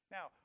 Now